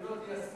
אם לא תיישמו,